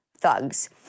thugs